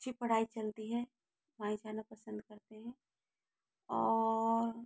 अच्छी पढ़ाई चलती है वहीं जाना पसंद करते हैं और